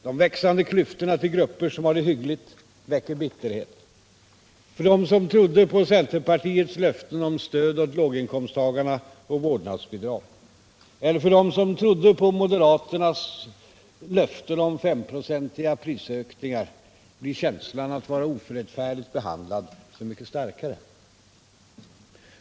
De växande klyftorna till grupper som har det hyggligt väcker bitterhet. För dem som trodde på centerpartiets löften om stöd åt låginkomsttagarna och vårdnadsbidrag, eller för dem som trodde på moderaternas löften om 5 96 prisökningar, blir känslan av att vara orättfärdigt behandlad så mycket starkare.